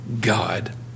God